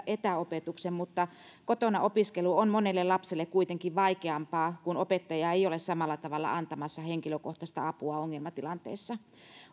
etäopetuksen mutta kotona opiskelu on monelle lapselle kuitenkin vaikeampaa kun opettaja ei ole samalla tavalla antamassa henkilökohtaista apua ongelmatilanteissa